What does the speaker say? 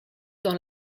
dans